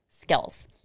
skills